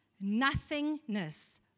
nothingness